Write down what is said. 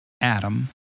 Adam